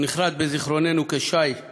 הוא נחרת בזיכרוננו כש"י עגנון,